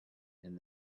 and